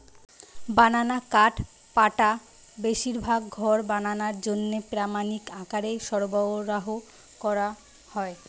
বানানা কাঠপাটা বেশিরভাগ ঘর বানানার জন্যে প্রামাণিক আকারে সরবরাহ কোরা হয়